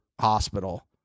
Hospital